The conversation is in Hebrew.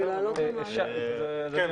אפשר להציע הצעה?